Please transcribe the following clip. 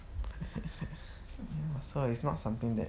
so it's not something that